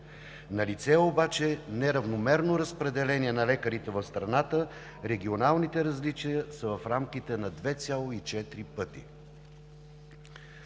Налице е обаче неравномерно разпределение на лекарите в страната, регионалните различия са в рамките на 2,4 пъти.